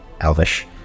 Elvish